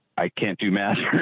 i can't do math